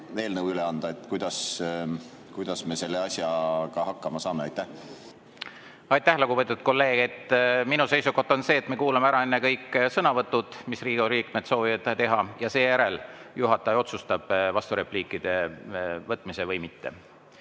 eelnõu üle anda, siis kuidas me selle asjaga hakkama saame? Aitäh, lugupeetud kolleeg! Minu seisukoht on see, et me kuulame enne ära kõik sõnavõtud, mis Riigikogu liikmed soovivad teha, ja seejärel juhataja otsustab vasturepliikide võtmise või mitte.